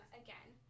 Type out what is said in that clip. again